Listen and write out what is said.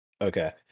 Okay